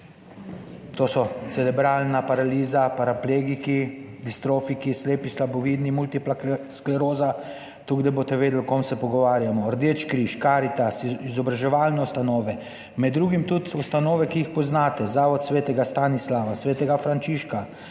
to so cerebralna paraliza, paraplegiki, distrofiki, slepi, slabovidni, multipla skleroza - tako, da boste vedeli, o kom se pogovarjamo - Rdeči križ, Karitas, izobraževalne ustanove, med drugim tudi ustanove, ki jih poznate Zavod svetega Stanislava, svetega Frančiška,